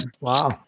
Wow